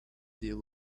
deal